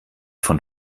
von